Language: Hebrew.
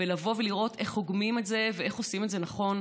ולבוא ולראות איך מאגמים את זה ואיך עושים את זה נכון.